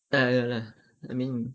ya lah ya lah I mean